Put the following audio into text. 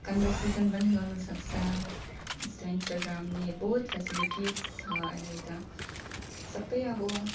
conversation पनि गर्नु सक्छ जस्तो इन्स्टाग्रामले बहुत फेसिलिटिस छ अहिले त सबै अब